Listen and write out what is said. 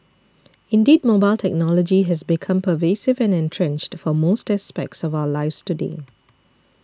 indeed mobile technology has become pervasive and entrenched for most aspects of our lives today